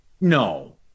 No